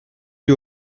dit